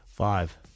Five